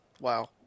wow